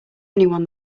anyone